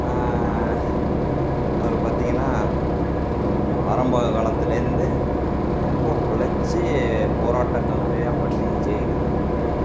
அவர் பார்த்தீங்கன்னா ஆரம்ப காலத்துலேருந்து ரொம்ப உழைச்சு போராட்டங்கள் நிறையா பண்ணி ஜெயிலுக்கு போய்